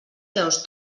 peus